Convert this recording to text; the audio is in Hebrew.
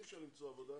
אי-אפשר למצוא עבודה